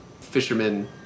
fisherman